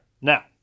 Now